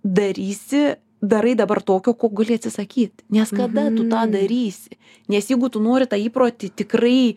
darysi darai dabar tokio ko gali atsisakyt nes kada tu tą darysi nes jeigu tu nori tą įprotį tikrai